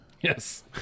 Yes